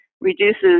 Reduces